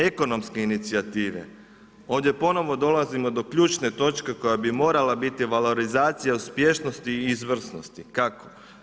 Ekonomske inicijative, ovdje ponovo dolazimo do ključne točka koja bi morala biti valorizacija uspješnosti i izvrsnosti, kako?